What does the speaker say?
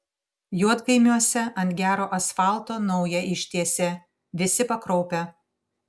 juodkaimiuose ant gero asfalto naują ištiesė visi pakraupę